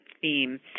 theme